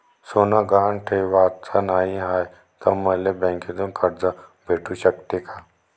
सोनं गहान ठेवाच नाही हाय, त मले बँकेतून कर्ज भेटू शकते का?